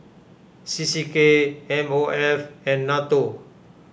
C C K M O F and Nato